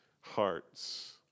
hearts